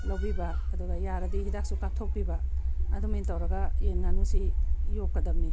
ꯂꯧꯕꯤꯕ ꯑꯗꯨꯒ ꯌꯥꯔꯗꯤ ꯍꯤꯗꯥꯛꯁꯨ ꯀꯥꯞꯊꯣꯛꯄꯤꯕ ꯑꯗꯨꯃꯦꯟ ꯇꯧꯔꯒ ꯌꯦꯟ ꯉꯥꯅꯨꯁꯤ ꯌꯣꯛꯀꯗꯃꯝꯅꯤ